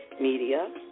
Media